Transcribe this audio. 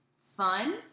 fun